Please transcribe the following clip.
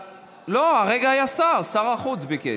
לא, כרגע היה שר, שר החוץ ביקש.